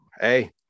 Hey